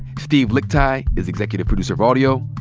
steve lickteig is executive producer of audio.